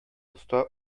оста